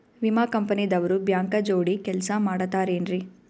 ವಿಮಾ ಕಂಪನಿ ದವ್ರು ಬ್ಯಾಂಕ ಜೋಡಿ ಕೆಲ್ಸ ಮಾಡತಾರೆನ್ರಿ?